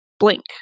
blink